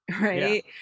Right